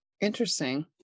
Interesting